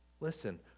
Listen